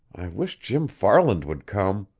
wish jim farland would come.